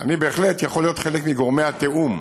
אני בהחלט יכול להיות חלק מגורמי התיאום,